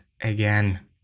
again